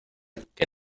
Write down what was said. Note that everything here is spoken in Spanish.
que